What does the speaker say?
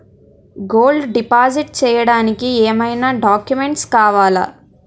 Gold deposit చేయడానికి ఏమైనా documents కావాలా?